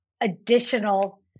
additional